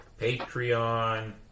patreon